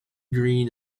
green